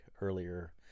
earlier